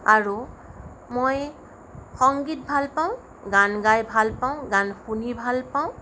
আৰু মই সংগীত ভাল পাওঁ গান গাই ভাল পাওঁ গান শুনি ভাল পাওঁ